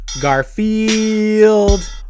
Garfield